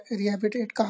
rehabilitate